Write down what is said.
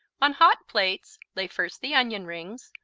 on hot plates lay first the onion rings,